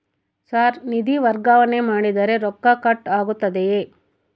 Sir ನಿಧಿ ವರ್ಗಾವಣೆ ಮಾಡಿದರೆ ರೊಕ್ಕ ಕಟ್ ಆಗುತ್ತದೆಯೆ?